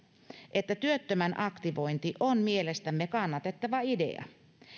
että työttömän aktivointi on mielestämme kannatettava idea